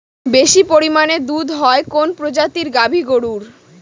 বেশি পরিমানে দুধ হয় কোন প্রজাতির গাভি গরুর?